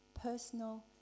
personal